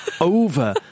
over